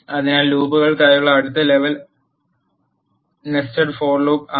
അതിനാൽ ലൂപ്പുകൾക്കായുള്ള അടുത്ത ലെവൽ നെസ്റ്റഡ്ഡ് ഫോർ ലൂപ്പ് ആണ്